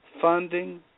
funding